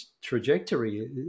trajectory